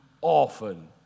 often